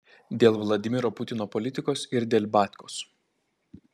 dėl vladimiro putino politikos ir dėl batkos